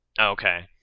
Okay